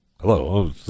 Hello